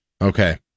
okay